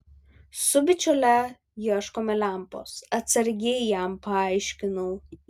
su bičiule ieškome lempos atsargiai jam paaiškinau